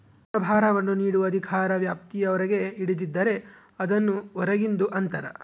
ಋಣಭಾರವನ್ನು ನೀಡುವ ಅಧಿಕಾರ ವ್ಯಾಪ್ತಿಯ ಹೊರಗೆ ಹಿಡಿದಿದ್ದರೆ, ಅದನ್ನು ಹೊರಗಿಂದು ಅಂತರ